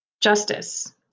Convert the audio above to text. Justice